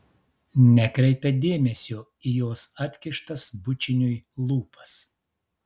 nekreipia dėmesio į jos atkištas bučiniui lūpas